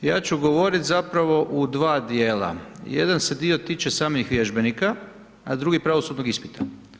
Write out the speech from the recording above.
Ja ću govoriti zapravo u 2 dijela, jedan se dio tiče samih vježbenika, a drugi pravosudnog ispita.